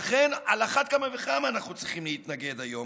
לכן על אחת כמה וכמה אנחנו צריכים להתנגד היום.